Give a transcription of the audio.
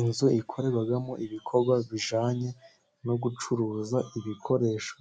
Inzu ikorerwamo ibikorwa bijyananye no gucuruza ibikoresho